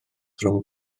rhwng